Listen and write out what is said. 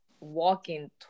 walking